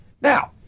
Now